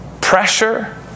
Pressure